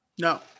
No